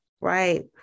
right